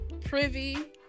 privy